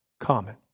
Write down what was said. common